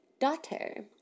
daughter